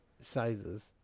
sizes